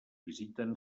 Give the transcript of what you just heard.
visiten